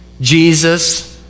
Jesus